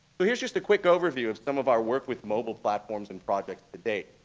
so here's just a quick overview of some of our work with mobile platforms and projects to date.